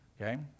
okay